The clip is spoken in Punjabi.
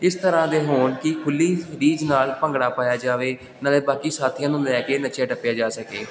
ਇਸ ਤਰ੍ਹਾਂ ਦੇ ਹੋਣ ਕਿ ਖੁੱਲੀ ਰੀਝ ਨਾਲ ਭੰਗੜਾ ਪਾਇਆ ਜਾਵੇ ਨਾਲੇ ਬਾਕੀ ਸਾਥੀਆਂ ਨੂੰ ਲੈ ਕੇ ਨੱਚਿਆ ਟੱਪਿਆ ਜਾ ਸਕੇ